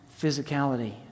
physicality